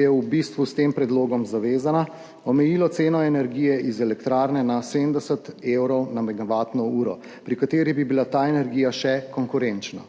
je v bistvu s tem predlogom zavezana, omejilo ceno energije iz elektrarne na 70 evrov na megavatno uro, pri kateri bi bila ta energija še konkurenčna.